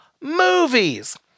movies